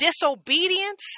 disobedience